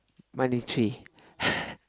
money tree